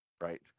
right